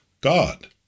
God